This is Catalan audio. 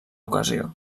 ocasió